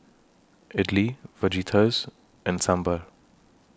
Idili Fajitas and Sambar